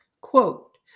quote